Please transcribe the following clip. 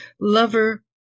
Lover